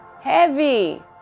heavy